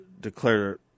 declare